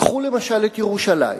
קחו למשל את ירושלים.